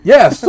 Yes